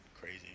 crazy